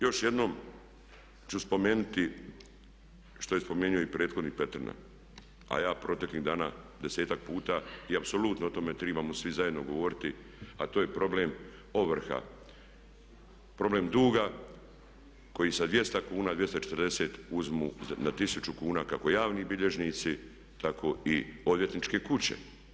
Još jednom ću spomenuti što je spomenuo i prethodnih Petrina a ja proteklih dana 10-ak puta i apsolutno o tome trebamo svi zajedno govoriti a to je problem ovrha, problem duga koji sa 200 kuna, 240 uzmu na 1000 kuna kako javni bilježnici tako i odvjetničke kuće.